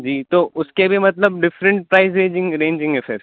جی تو اس کے بھی مطلب ڈفرینٹ پرائز رجنگ رینجنگ ہے پھر